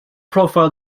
profile